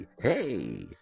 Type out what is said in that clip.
hey